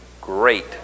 great